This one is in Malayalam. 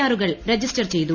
ആറുകൾ രജിസ്റ്റ്ൽ ചെയ്തു